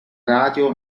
radio